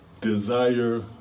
desire